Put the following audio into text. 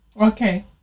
Okay